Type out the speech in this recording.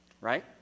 right